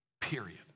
Period